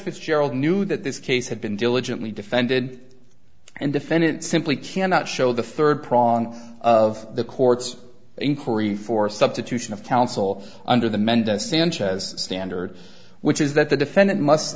fitzgerald knew that this case had been diligently defended and defendant simply cannot show the third prong of the court's inquiry for substitution of counsel under the mend sanchez standard which is that the defendant must